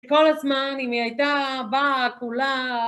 כל הזמן, אם היא הייתה, באה, כולה...